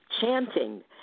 chanting